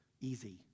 easy